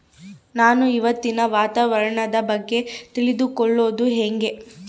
ನಾನು ಇವತ್ತಿನ ವಾತಾವರಣದ ಬಗ್ಗೆ ತಿಳಿದುಕೊಳ್ಳೋದು ಹೆಂಗೆ?